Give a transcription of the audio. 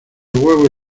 huevos